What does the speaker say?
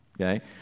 okay